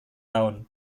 tahun